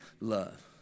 love